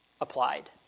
applied